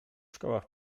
szkołach